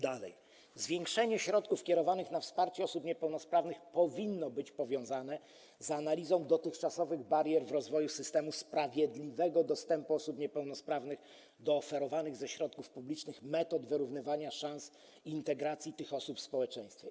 Dalej: Zwiększenie środków kierowanych na wsparcie osób niepełnosprawnych powinno być powiązane z analizą dotychczasowych barier w rozwoju systemu sprawiedliwego dostępu osób niepełnosprawnych do oferowanych ze środków publicznych metod wyrównywania szans i integracji tych osób w społeczeństwie.